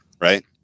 Right